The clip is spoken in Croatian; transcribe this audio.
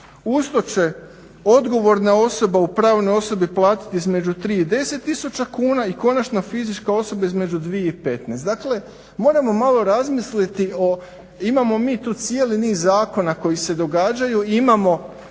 usto će odgovorna osoba u pravnoj osobi između 3-10 tisuća kuna i konačna fizička osoba između 2-15. Dakle, moramo malo razmisliti, imamo mi tu cijeli niz zakona koji se događaju, imamo